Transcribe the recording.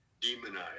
demonized